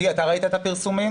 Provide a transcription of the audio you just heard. אתה ראית את הפרסומים?